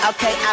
Okay